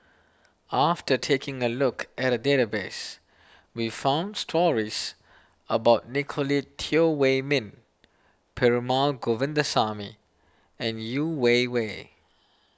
after taking a look at the database we found stories about Nicolette Teo Wei Min Perumal Govindaswamy and Yeo Wei Wei